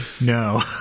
No